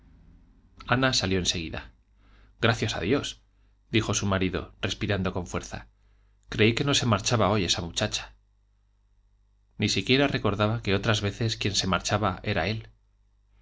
ana salió en seguida gracias a dios dijo su marido respirando con fuerza creí que no se marchaba hoy esa muchacha ni siquiera recordaba que otras veces quien se marchaba era él